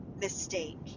mistake